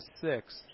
six